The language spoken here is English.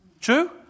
true